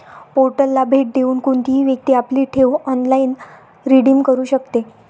पोर्टलला भेट देऊन कोणतीही व्यक्ती आपली ठेव ऑनलाइन रिडीम करू शकते